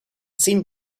seemed